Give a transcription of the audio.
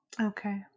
Okay